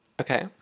Okay